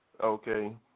okay